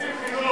כקצין חינוך,